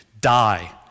die